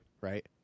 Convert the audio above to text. right